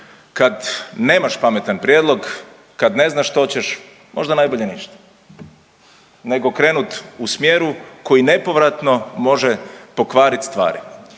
kad nemaš pametan prijedlog, kad ne znaš što ćeš možda najbolje ništa nego krenut u smjeru koji nepovratno može pokvarit stvari.